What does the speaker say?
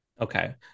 Okay